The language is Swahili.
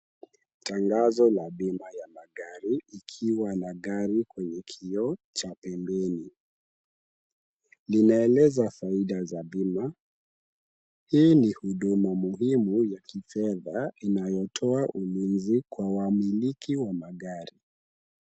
Tangazo la bima ya magari, ikiwa na gari kwenye kioo cha pembeni, linaeleza faida za bima, hii ni huduma muhimu ya kifedha inayotoa ulinzi kwa wamiliki wa magari.